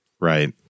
Right